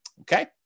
Okay